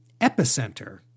epicenter